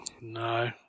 No